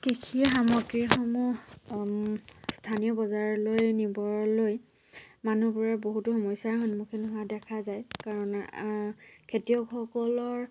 কৃষিৰ সামগ্ৰীসমূহ স্থানীয় বজাৰলৈ নিবলৈ মানুহবোৰে বহুতো সমস্য়াৰ সন্মুখীন হোৱা দেখা যায় কাৰণ খেতিয়কসকলৰ